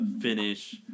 finish